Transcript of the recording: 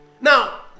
Now